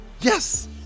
yes